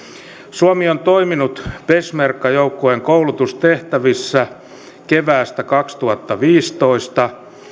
suomi on toiminut peshmerga joukkojen koulutustehtävissä keväästä kaksituhattaviisitoista